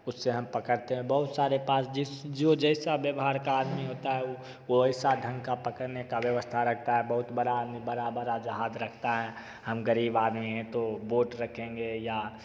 उससे हम पकड़ते हैं बहुत सारे पास जिस जो जैसा व्यवहार का आदमी होता है उ वो वैसा ढंग का पकड़ने का व्यवस्था रखता है बहुत बड़ा आदमी बड़ा बड़ा जहाज रखता है हम गरीब आदमी हैं तो बोट रखेंगे या